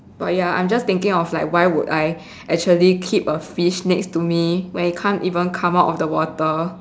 but ya I'm just thinking of like why would I actually keep a fish next to me when it can't even come out of the water